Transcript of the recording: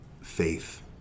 faith